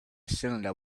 cylinder